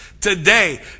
today